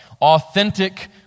Authentic